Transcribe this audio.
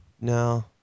No